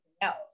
else